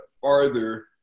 farther